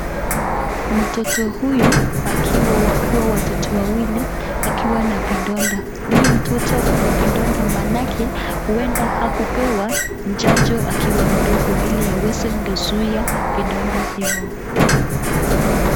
Mtoto huyu akiwa wakiwa watoto wawili wakiwa na vidonda. Huyu mtoto ako na kidonda manake huenda hakupewa chanjo akiwa mdogo ili aweze kuzuia vidonda hivo.